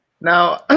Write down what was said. Now